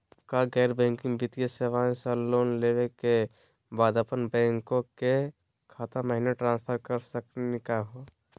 का गैर बैंकिंग वित्तीय सेवाएं स लोन लेवै के बाद अपन बैंको के खाता महिना ट्रांसफर कर सकनी का हो?